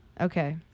Okay